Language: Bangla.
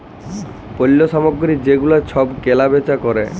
পল্য সামগ্রী যে গুলা সব কেলা বেচা ক্যরে